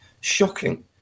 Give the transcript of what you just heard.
Shocking